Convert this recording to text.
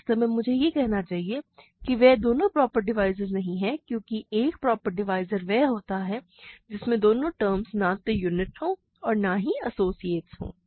वास्तव में मुझे यह कहना चाहिए कि वे दोनों प्रॉपर डिवाइज़र्स नहीं हैं क्योंकि एक प्रॉपर डिवाइज़र वह होता है जिसमें दोनों टर्मस ना तो यूनिट हो और नाही एसोसिएट्स हों